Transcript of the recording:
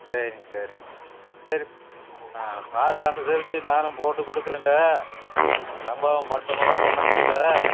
சரிங்க சரிங்க சரி ஆ பார்த்து அனுசரித்து நானும் போட்டு கொடுக்குறங்க ரொம்பவும் மட்டமெல்லாம் பண்ணமாட்டேன்